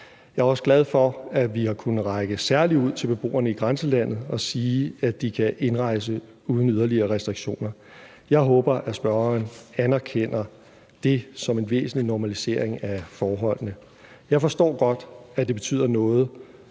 Jeg er også glad for, at vi særlig har kunnet række ud til beboerne i grænselandet og sige, at de kan indrejse uden yderligere restriktioner. Jeg håber, at spørgeren anerkender det som en væsentlig normalisering af forholdene. Jeg forstår godt, at det betyder noget,